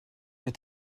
est